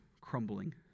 Crumbling